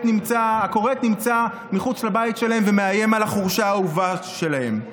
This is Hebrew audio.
נמצא מחוץ לבית שלהם ומאיים על החורשה האהובה שלהם.